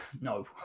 No